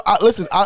Listen